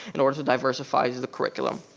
in order to diversify the curriculum.